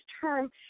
term